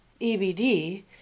EBD